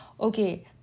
okay